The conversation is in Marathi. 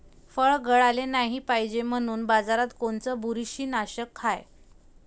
फळं गळाले नाही पायजे म्हनून बाजारात कोनचं बुरशीनाशक हाय?